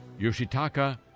Yoshitaka